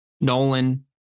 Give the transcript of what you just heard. Nolan